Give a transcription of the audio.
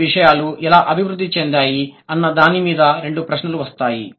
ఈ విషయాలు ఎలా అభివృద్ధి చెందాయి అన్న దాని మీద రెండు ప్రశ్నలు వస్తాయి